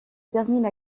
termine